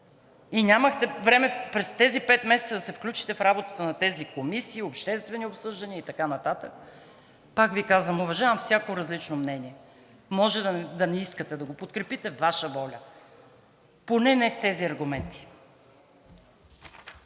И нямахте време през тези пет месеца да се включите в работата на тези комисии, обществени обсъждания и така нататък? Пак Ви казвам – уважавам всякакво различно мнение. Може да не искате да го подкрепите – Ваша воля, поне не с тези аргументи.